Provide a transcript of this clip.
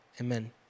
Amen